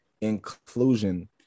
inclusion